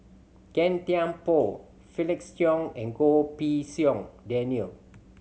Gan Thiam Poh Felix Cheong and Goh Pei Siong Daniel